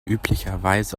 üblicherweise